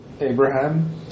Abraham